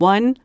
One